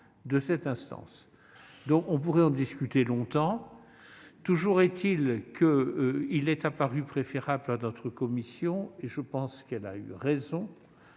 des pouvoirs publics. Nous pourrions en discuter longtemps. Toujours est-il qu'il est apparu préférable à notre commission, et je pense qu'elle a eu raison,